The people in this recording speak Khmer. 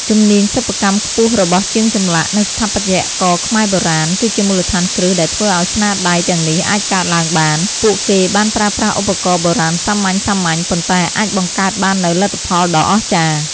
ជំនាញសិប្បកម្មខ្ពស់របស់ជាងចម្លាក់ និងស្ថាបត្យករខ្មែរបុរាណ គឺជាមូលដ្ឋានគ្រឹះដែលធ្វើឱ្យស្នាដៃទាំងនេះអាចកើតឡើងបាន។ ពួកគេបានប្រើប្រាស់ឧបករណ៍បុរាណសាមញ្ញៗ ប៉ុន្តែអាចបង្កើតបាននូវលទ្ធផលដ៏អស្ចារ្យ។